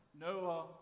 Noah